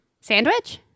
Sandwich